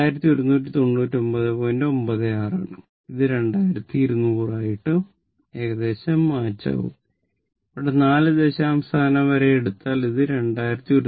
96 ആണ് അത് 2200 വാട്ട് ആയി ഏകദേശം മാച്ച് ആകുന്നു ഇവിടെ നാല് ദശാംശ സ്ഥാനം വരെ എടുത്താൽ ഇത് 2198